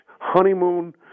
honeymoon